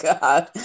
God